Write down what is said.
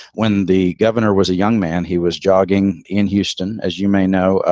when the governor was a young man, he was jogging in houston. as you may know,